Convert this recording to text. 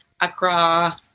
accra